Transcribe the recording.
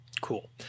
Cool